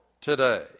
today